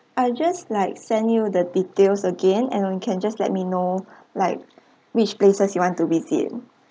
I'll just like send you the details again and you can just let me know like which places you want to visit